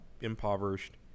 impoverished